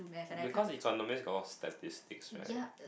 because economists got a lot of statistics right